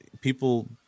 people